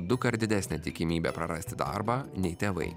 dukart didesnę tikimybę prarasti darbą nei tėvai